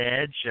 edge